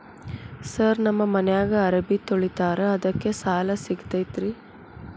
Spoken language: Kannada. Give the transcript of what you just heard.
ಸರ್ ನಮ್ಮ ಮನ್ಯಾಗ ಅರಬಿ ತೊಳಿತಾರ ಅದಕ್ಕೆ ಸಾಲ ಸಿಗತೈತ ರಿ?